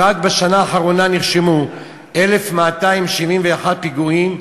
רק בשנה האחרונה נרשמו 1,271 פיגועים,